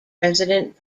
resident